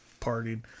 partied